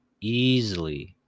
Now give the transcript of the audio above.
easily